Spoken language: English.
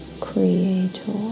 Creator